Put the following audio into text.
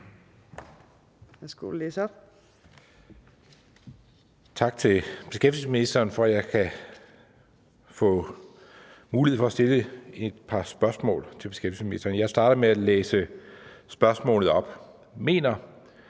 Tak til beskæftigelsesministeren for, at jeg kan få mulighed for at stille et par spørgsmål. Jeg starter med at læse spørgsmålet op: Mener